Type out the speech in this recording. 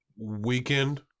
Weekend